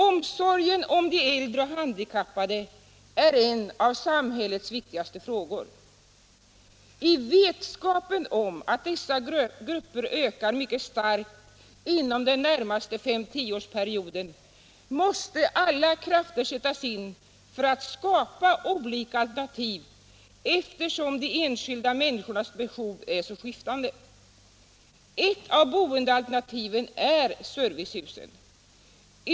Omsorgen om de äldre och handikappade är en av samhällets viktigaste frågor. Med vetskapen att dessa grupper ökar mycket starkt inom den närmaste fem-tioårsperioden måste alla krafter sättas in för att skapa olika alternativ, eftersom de enskilda människornas behov är så skiftande. Ett av boendealternativen är servicehus.